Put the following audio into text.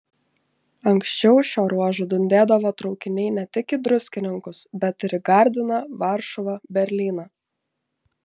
anksčiau šiuo ruožu dundėdavo traukiniai ne tik į druskininkus bet ir į gardiną varšuvą berlyną